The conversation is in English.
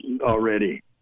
already